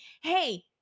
Hey